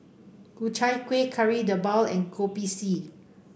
Ku Chai Kuih Kari Debal and Kopi C